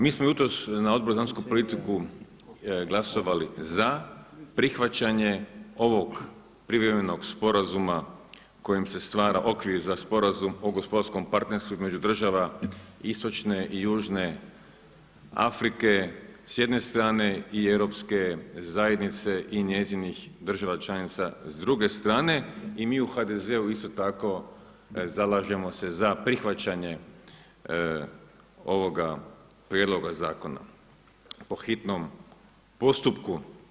Mi smo jutros na Odboru za vanjsku politiku glasovali za prihvaćanje ovog privremenog sporazuma kojim se stvara okvir za sporazum o gospodarskom partnerstvu između država Istočne i Južne Afrike s jedne strane i Europske zajednice i njezinih država članica s druge strane i mi u HDZ-u isto tako zalažemo se za prihvaćanje ovoga prijedloga zakona po hitnom postupku.